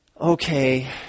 okay